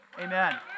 Amen